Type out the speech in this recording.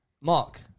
Mark